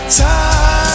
time